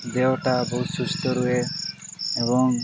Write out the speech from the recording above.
ଦେହଟା ବହୁତ ସୁସ୍ଥ ରୁହେ ଏବଂ